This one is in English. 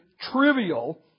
trivial